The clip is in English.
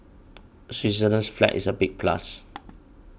Switzerland's flag is a big plus